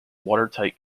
watertight